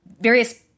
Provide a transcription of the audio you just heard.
various